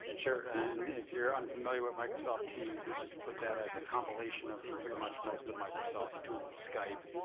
sure, and if you're unfamiliar with microsoft teams, let's just put that as a compilation of pretty much most of microsoft's tools. skype,